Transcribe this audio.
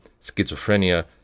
schizophrenia